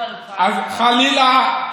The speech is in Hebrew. חלילה,